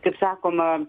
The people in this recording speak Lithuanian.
kaip sakoma